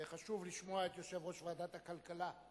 חשוב לשמוע את יושב-ראש ועדת הכלכלה.